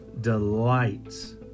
delights